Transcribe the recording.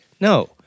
No